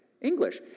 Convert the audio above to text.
English